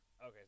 Okay